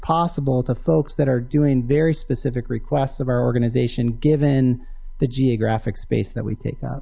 possible to folks that are doing very specific requests of our organization given the geographic space that we take